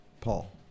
Paul